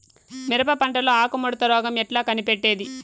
మిరప పంటలో ఆకు ముడత రోగం ఎట్లా కనిపెట్టేది?